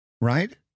right